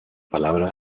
palabra